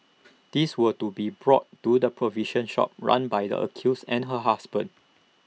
these were to be brought to the provision shop run by the accused and her husband